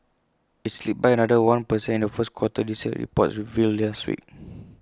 IT slipped by another one per cent in the first quarter this year reports revealed last week